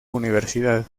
universidad